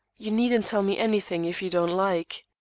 you needn't tell me anything, if you don't like.